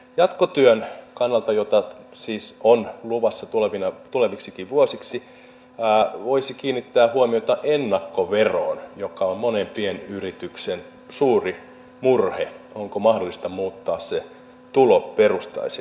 jatkotyön kannalta jota siis on luvassa tuleviksikin vuosiksi voisi kiinnittää huomiota ennakkoveroon joka on monen pienyrityksen suuri murhe onko mahdollista muuttaa se tuloperusteiseksi jatkossa